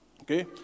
Okay